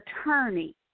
attorney